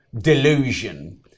delusion